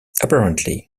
apparently